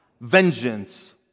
vengeance